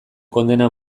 kondena